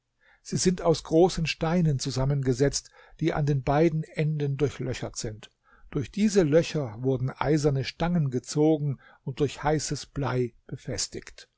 sie sind aus großen steinen zusammengesetzt die an den beiden enden durchlöchert sind durch diese löcher wurden eiserne stangen gezogen und durch heißes blei befestigt